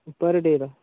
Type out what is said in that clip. पर डे दा